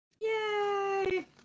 Yay